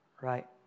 Right